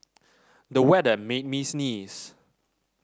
the weather made me sneeze